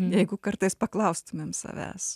jeigu kartais paklaustumėm savęs